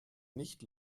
nicht